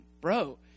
bro